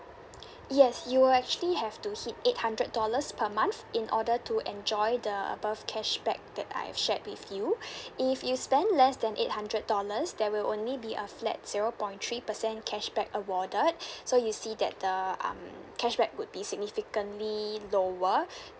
yes you will actually have to hit eight hundred dollars per month in order to enjoy the above cashback that I've shared with you if you spend less than eight hundred dollars there will only be a flat zero point three percent cashback awarded so you see that uh um cashback would be significantly lower